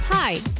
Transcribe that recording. Hi